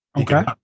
Okay